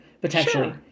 potentially